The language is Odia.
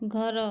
ଘର